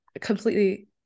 completely